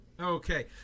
Okay